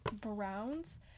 browns